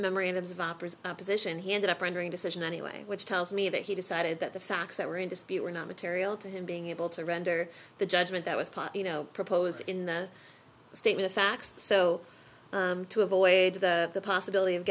memorandums of opera's position he ended up rendering decision anyway which tells me that he decided that the facts that were in dispute were not material to him being able to render the judgment that was part you know proposed in the statement of facts so to avoid the possibility of